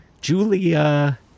julia